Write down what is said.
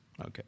Okay